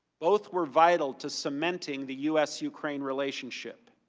both were vital to cementing the u s ukraine relationship.